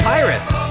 Pirates